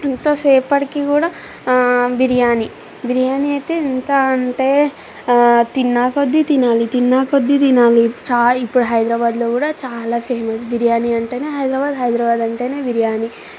ఎంతసేపడికి కూడా బిర్యానీ బిర్యానీ అయితే ఎంతా అంటే తిన్నా కొద్దీ తినాలి తిన్నా కొద్దీ తినాలి చా ఇప్పుడు హైదరాబాదులో కూడా చాలా ఫేమస్ బిర్యానీ అంటేనే హైదరాబాదు హైదరాబాదు అంటేనే బిర్యానీ